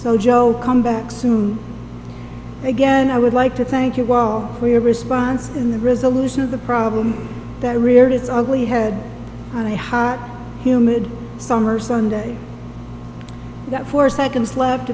so joe come back soon again i would like to thank you all for your response in the resolution of the problem that reared its ugly head on a hot humid summer sunday that four seconds left